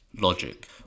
logic